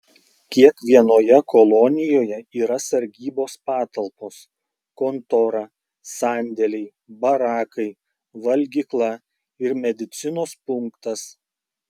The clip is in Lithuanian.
kiekvienoje kolonijoje yra sargybos patalpos kontora sandėliai barakai valgykla ir medicinos punktas